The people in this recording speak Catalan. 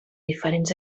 diferents